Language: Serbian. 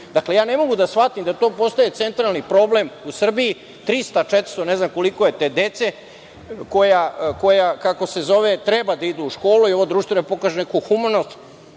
Dakle, ne mogu da shvatim da to postaje centralni problem u Srbiji, 300, 400, ne znam ni koliko je te dece koja treba da idu u školu i ovo društvo da pokaže neku humanost